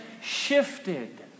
shifted